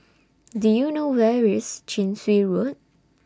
Do YOU know Where IS Chin Swee Road